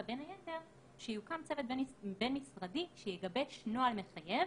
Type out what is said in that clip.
בין היתר שיוקם צוות בין משרדי שיגבש נוהל מחייב